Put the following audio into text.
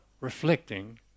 reflecting